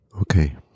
Okay